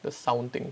the sound thing